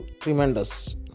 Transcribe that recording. tremendous